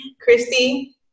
Christy